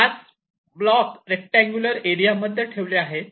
5 block rectangular area मध्ये ठेवले आहेत